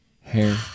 hair